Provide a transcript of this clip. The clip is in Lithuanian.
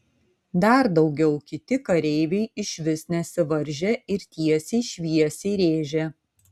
dar daugiau kiti kareiviai išvis nesivaržė ir tiesiai šviesiai rėžė